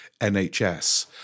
NHS